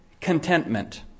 Contentment